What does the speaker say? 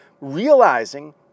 realizing